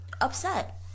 upset